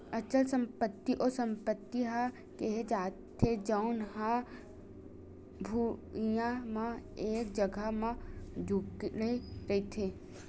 अचल संपत्ति ओ संपत्ति ल केहे जाथे जउन हा भुइँया म एक जघा म जुड़े रहिथे